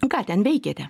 ką ten veikėte